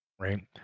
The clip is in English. right